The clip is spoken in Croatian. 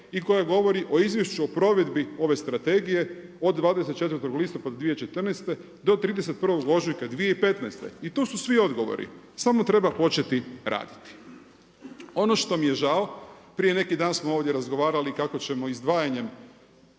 i koji govori o izvješću o provedbi ove strategije od 24. listopada 2014. do 31. ožujka 2015. I tu su svi odgovori. Samo treba početi raditi. Ono što mi je žao, prije neki dan smo ovdje razgovarali kako ćemo izdvajanjem